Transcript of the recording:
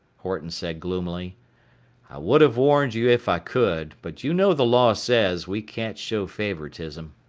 horton said gloomily, i would have warned you if i could, but you know the law says we can't show favoritism.